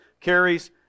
carries